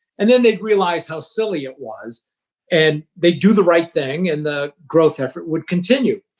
and then they'd realize how silly it was and they do the right thing and the growth effort would continue.